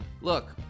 Look